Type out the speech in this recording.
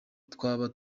twaba